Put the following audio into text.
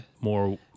more